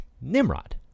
Nimrod